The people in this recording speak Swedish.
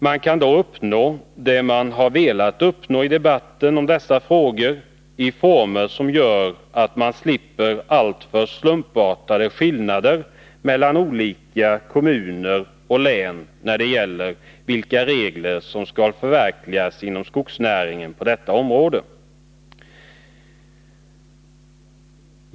Man kan då uppnå det som man har velat uppnå i debatten om dessa frågor, i former som gör att man slipper alltför stumpartade skillnader mellan olika kommuner och län när det gäller vilka regler som skall förverkligas inom skogsnäringen på detta område.